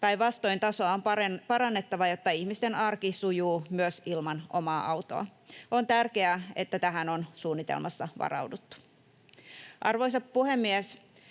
Päinvastoin tasoa on parannettava, jotta ihmisten arki sujuu myös ilman omaa autoa. On tärkeää, että tähän on suunnitelmassa varauduttu. Arvoisa puhemies!